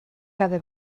cada